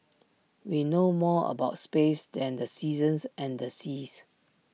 we know more about space than the seasons and the seas